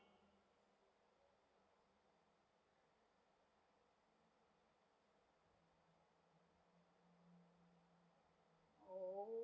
orh